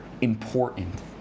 important